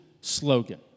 slogan